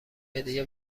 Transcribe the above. هدیه